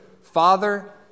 Father